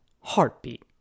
heartbeat